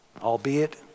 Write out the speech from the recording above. Albeit